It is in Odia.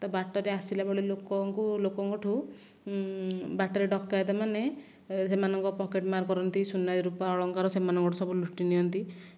ତ ବାଟରେ ଆସିଲା ବେଳେ ଲୋକଙ୍କୁ ଲୋକଙ୍କଠୁ ବାଟରେ ଡକାୟତ ମାନେ ସେମାନଙ୍କ ପକେଟ୍ ମାର୍ କରନ୍ତି ସୁନା ରୂପା ଅଳଙ୍କାର ସେମାନଙ୍କ ଠୁ ସବୁ ଲୁଟି ନିଅନ୍ତି